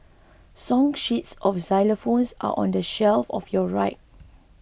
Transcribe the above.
song sheets for xylophones are on the shelf of your right